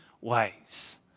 ways